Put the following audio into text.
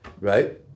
right